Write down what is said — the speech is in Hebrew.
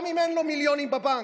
גם אם אין לו מיליונים בבנק,